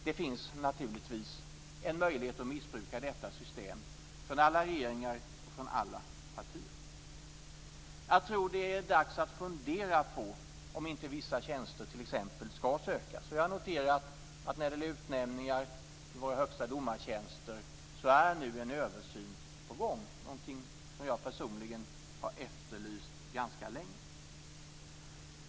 Det finns naturligtvis en möjlighet att missbruka detta system för alla regeringar och för alla partier. Jag tror att det är dags att fundera på om inte vissa tjänster t.ex. skall sökas. Jag noterar att när det gäller utnämningar till våra högsta domartjänster är nu en översyn på gång, någonting som jag personligen har efterlyst ganska länge.